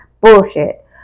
bullshit